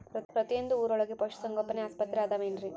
ಪ್ರತಿಯೊಂದು ಊರೊಳಗೆ ಪಶುಸಂಗೋಪನೆ ಆಸ್ಪತ್ರೆ ಅದವೇನ್ರಿ?